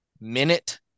minute